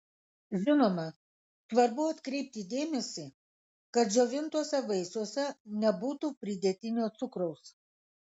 žinoma svarbu atkreipti dėmesį kad džiovintuose vaisiuose nebūtų pridėtinio cukraus